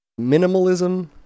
Minimalism